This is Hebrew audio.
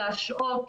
להשעות,